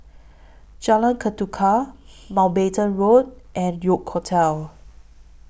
Jalan Ketuka Mountbatten Road and York Hotel